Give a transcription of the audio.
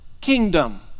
kingdom